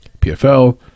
PFL